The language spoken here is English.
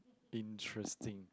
interesting